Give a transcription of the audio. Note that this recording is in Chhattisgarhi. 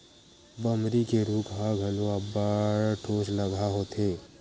बमरी के रूख ह घलो अब्बड़ ठोसलगहा होथे